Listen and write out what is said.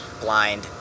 blind